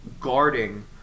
guarding